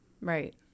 Right